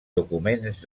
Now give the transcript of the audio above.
documents